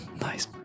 Nice